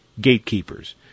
gatekeepers